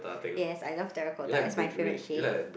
yes I love terracotta it's my favourite shade